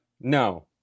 no